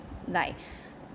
like